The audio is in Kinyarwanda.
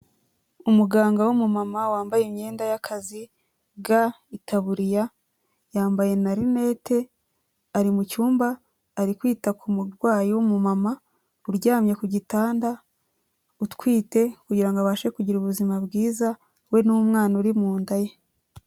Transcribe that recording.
Umuganga w'umumama wambaye imyenda y'akazi, ga, itaburiya, yambaye na rinete ari mucyumba ari kwita ku murwayi w'umumama uryamye ku gitanda utwite kugira ngo abashe kugira ubuzima bwiza we n'umwana uri mu nda ye.